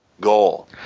goal